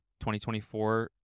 2024